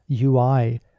UI